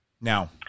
now